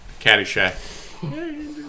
Caddyshack